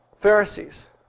Pharisees